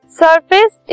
surface